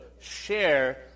share